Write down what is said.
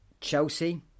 Chelsea